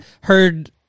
heard